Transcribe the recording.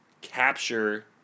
capture